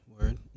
Word